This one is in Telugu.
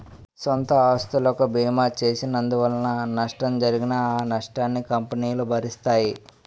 సొంత ఆస్తులకు బీమా చేసినందువలన నష్టం జరిగినా ఆ నష్టాన్ని కంపెనీలు భరిస్తాయి